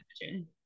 imagine